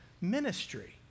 ministry